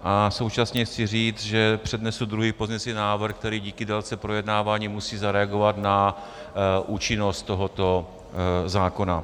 A současně chci říct, že přednesu druhý pozměňující návrh, který díky délce projednávání musí zareagovat na účinnost tohoto zákona.